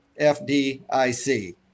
FDIC